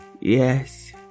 Yes